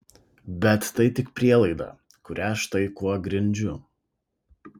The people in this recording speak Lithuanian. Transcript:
bet tai tik prielaida kurią štai kuo grindžiu